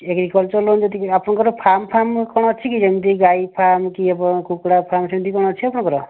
agriculture loan ଯେତିକି ଆପଣଙ୍କର farm farm କଣ ଅଛି କି ଯେମିତି କି ଗାଈ ଫାର୍ମ କି ଆପଣଙ୍କ କୁକୁଡ଼ା ଫାର୍ମ ସେମିତି କଣ ଅଛି ଆପଣଙ୍କର